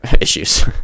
issues